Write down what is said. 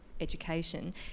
education